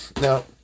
Now